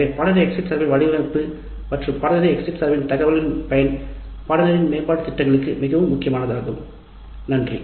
எனவே பாடத்திட்டத்தின் exit survey முறை அதனால் சேகரிக்கும் டேட்டா பாடத்திட்டத்தின் மேம்பாட்டுக்கு பயன்படுத்திக்கொள்ள உதவியாக இருக்கும் நன்றி